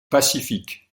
pacifique